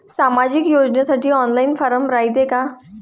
सामाजिक योजनेसाठी online form रायते का?